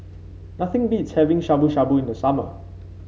nothing beats having Shabu Shabu in the summer